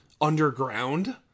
Underground